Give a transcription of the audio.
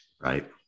Right